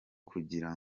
kugira